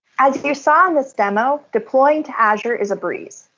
as you saw in this demo, deploying to azure is a breeze.